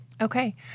Okay